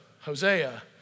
Hosea